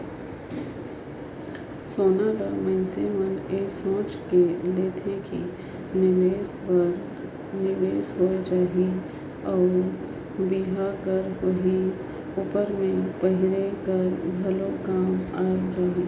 सोना ल मइनसे मन ए सोंएच के लेथे कि निवेस कर निवेस होए जाही अउ बर बिहा कर होए उपर में पहिरे कर घलो काम आए जाही